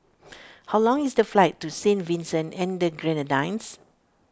how long is the flight to Saint Vincent and the Grenadines